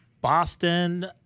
Boston